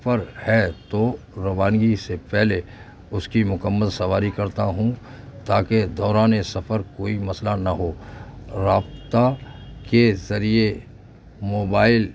پر ہے تو روانگی سے پہلے اس کی مکمل سواری کرتا ہوں تاکہ دوران سفر کوئی مسئلہ نہ ہو رابطہ کے ذریعے موبائل